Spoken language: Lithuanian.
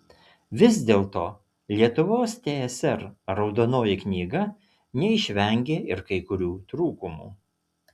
vis dėlto lietuvos tsr raudonoji knyga neišvengė ir kai kurių trūkumų